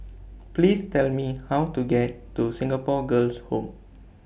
Please Tell Me How to get to Singapore Girls' Home